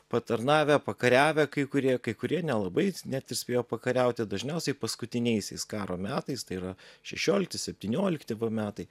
patarnavę pakariavę kai kurie kai kurie nelabai net ir spėjo pakariauti dažniausiai paskutiniaisiais karo metais tai yra šešiolikti septyniolikti va metai